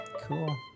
Cool